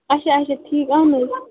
اچھا اچھا ٹھیک اہن حظ